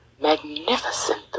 magnificent